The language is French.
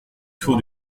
tour